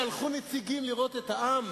שלחו נציגים לראות את העם,